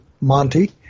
Monty